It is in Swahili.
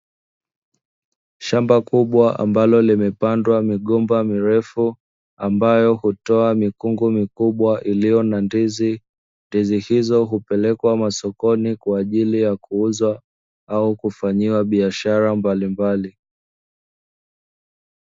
Shamba kubwa ambalo limepandwa migomba mirefu, ambayo hutoa mikungu mikubwa iliyo na ndizi, ndizi hizo kupelekwa masokoni kwa ajili ya kuuzwa au kufanyiwa biashara mbalimbali.